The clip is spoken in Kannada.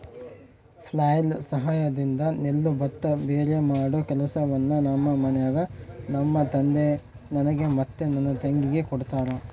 ಫ್ಲ್ಯಾಯ್ಲ್ ಸಹಾಯದಿಂದ ನೆಲ್ಲು ಭತ್ತ ಭೇರೆಮಾಡೊ ಕೆಲಸವನ್ನ ನಮ್ಮ ಮನೆಗ ನಮ್ಮ ತಂದೆ ನನಗೆ ಮತ್ತೆ ನನ್ನ ತಂಗಿಗೆ ಕೊಡ್ತಾರಾ